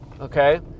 okay